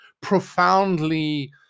profoundly